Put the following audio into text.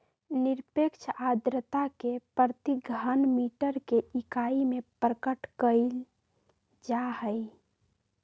निरपेक्ष आर्द्रता के प्रति घन मीटर के इकाई में प्रकट कइल जाहई